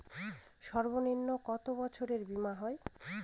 সর্বনিম্ন কত বছরের বীমার হয়?